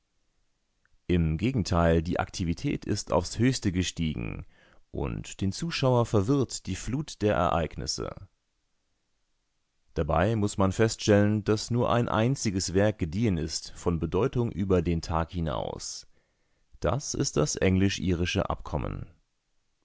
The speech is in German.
im gegenteil die aktivität ist aufs höchste gestiegen und den zuschauer verwirrt die flut der ereignisse dabei muß man feststellen daß nur ein einziges werk gediehen ist von bedeutung über den tag hinaus das ist das englisch-irische abkommen